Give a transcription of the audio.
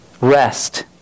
Rest